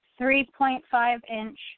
3.5-inch